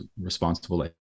responsible